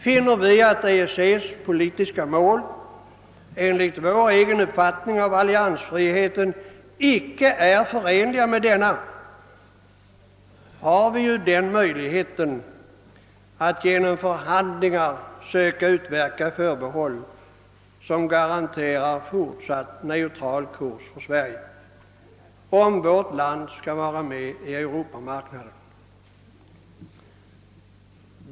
Finner vi att EEC:s politiska mål enligt vår uppfattning om alliansfrihet icke är förenliga med denna, har vi den möjligheten att genom förhandlingar söka utverka förbehåll som garanterar fortsatt neutral kurs för Sverige, om vårt land skall vara med i Europamarknaden.